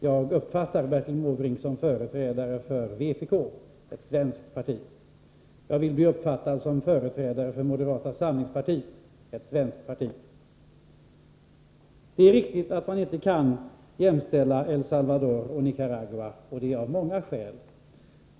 Jag uppfattar Bertil Måbrink som företrädare för vpk, ett svenskt parti. Jag vill bli uppfattad som företrädare för moderata samlingspartiet, ett svenskt parti. Det är riktigt att man inte kan jämställa El Salvador och Nicaragua, och det av många skäl.